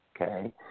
okay